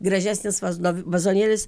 gražesnis vaz vazonėlis